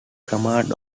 command